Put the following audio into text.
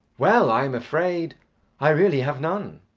well, i am afraid i really have none.